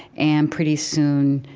and pretty soon,